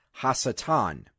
Hasatan